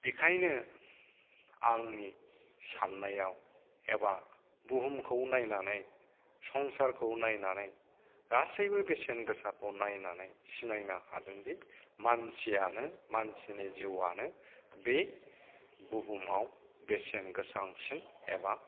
बिखायनो आंनि साननायाव एबा बुहुमखौ नायनानै संसारखौ नायनानै गासैबो बेसेन गोसाखौ नायनानै सिनायनो हादोंदि मानसियानो मानसिनि जिउआनो बे बुहुमाव बेसेन गोसासिन एबा